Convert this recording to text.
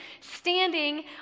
standing